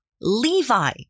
Levi